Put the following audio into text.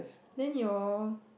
then your